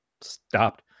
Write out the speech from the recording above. stopped